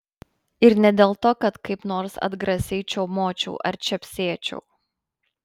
ir ne dėl to kad kaip nors atgrasiai čiaumočiau ar čepsėčiau